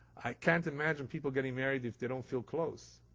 i can't imagine people getting married if they don't feel close.